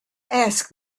ask